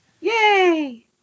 Yay